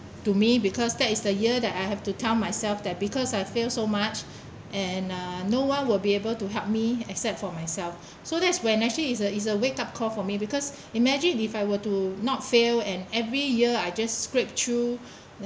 to me because that is the year that I have to tell myself that because I fail so much and uh no one will be able to help me except for myself so that's when actually it's a it's a wake up call for me because imagine if I were to not fail and every year I just scraped through